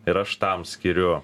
ir aš tam skiriu